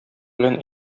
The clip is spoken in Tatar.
белән